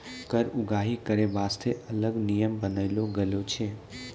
कर उगाही करै बासतें अलग नियम बनालो गेलौ छै